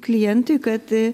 klientui kad